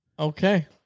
Okay